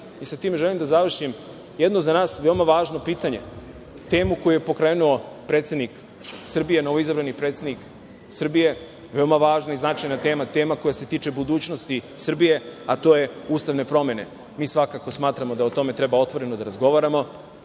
i sa time želim da završim, jedno za nas veoma važno pitanje, temu koju je pokrenuo predsednik Srbije, novoizabrani predsednik Srbije, veoma važna i značajna tema, tema koja se tiče budućnosti Srbije, a to su ustavne promene. Mi svakako smatramo da o tome treba otvoreno da razgovaramo,